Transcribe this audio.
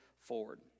forward